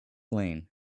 lane